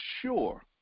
sure